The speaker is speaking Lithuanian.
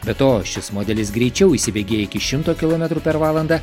be to šis modelis greičiau įsibėgėja iki šimto kilometrų per valandą